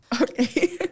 Okay